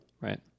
right